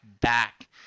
back